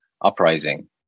uprising